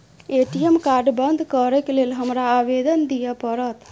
ATM card बंद करैक लेल हमरा आवेदन दिय पड़त?